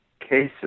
cases